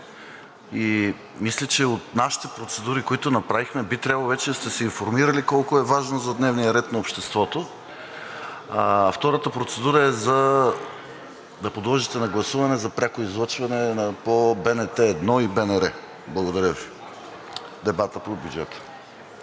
и мисля, че от нашите процедури, които направихме, би трябвало вече да сте се информирали колко е важно за дневния ред на обществото. Втората процедура е да подложите на гласуване за пряко излъчване по БНТ 1 и БНР дебата по бюджета.